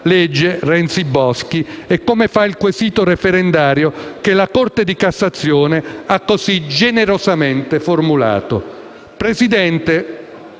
legge Renzi-Boschi e come fa il quesito referendario che la Corte di cassazione ha così generosamente formulato. Presidente,